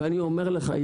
ואני אומר לך,